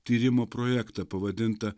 tyrimo projektą pavadintą